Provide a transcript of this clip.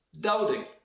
doubting